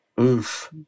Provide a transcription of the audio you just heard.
Oof